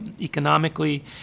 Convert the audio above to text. economically